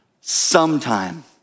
Sometime